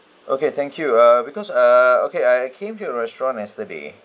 okay thank you err because err okay I came here to the restaurant yesterday